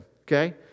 okay